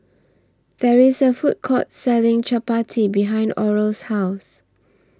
There IS A Food Court Selling Chappati behind Oral's House